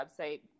website